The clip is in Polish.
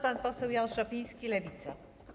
Pan poseł Jan Szopiński, Lewica.